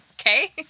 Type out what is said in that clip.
okay